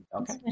Okay